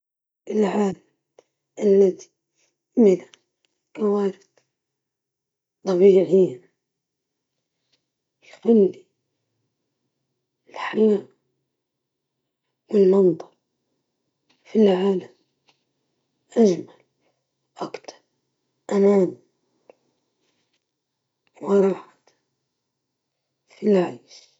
نفضل عالم خالٍ من الفقر، لأنه يعطي الفرص للجميع ليعيش حياة كريمة ومستدامة، الفقر بيسبب معاناة كبيرة للناس ويحد من الفرص التعليمية والصحية، بينما التلوث ممكن السيطرة عليه من خلال تقدم التكنولوجيا والوعي البيئي.